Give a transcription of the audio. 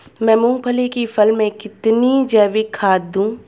मैं मूंगफली की फसल में कितनी जैविक खाद दूं?